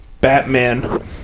Batman